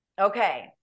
Okay